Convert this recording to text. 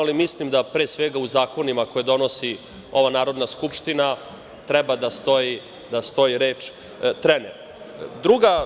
Ali, mislim, da pre svega u zakonima koje donosi ova Narodna skupština treba da stoji reč „trener“